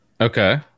Okay